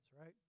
right